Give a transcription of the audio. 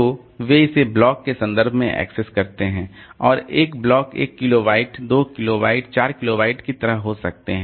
तो वे इसे ब्लॉक के संदर्भ में एक्सेस करते हैं और एक ब्लॉक 1 किलोबाइट 2 किलोबाइट 4 किलोबाइट की तरह हो सकता है